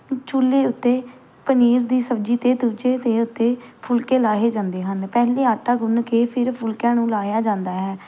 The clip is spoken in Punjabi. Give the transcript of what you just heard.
ਚੁੱਲ੍ਹੇ ਉੱਤੇ ਪਨੀਰ ਦੀ ਸਬਜ਼ੀ ਅਤੇ ਦੂਜੇ ਦੇ ਉੱਤੇ ਫੁਲਕੇ ਲਾਹੇ ਜਾਂਦੇ ਹਨ ਪਹਿਲੇ ਆਟਾ ਗੁੰਨ੍ਹ ਕੇ ਫਿਰ ਫੁਲਕਿਆਂ ਨੂੰ ਲਾਹਿਆ ਜਾਂਦਾ ਹੈ